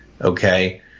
okay